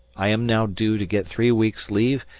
i am now due to get three weeks' leave,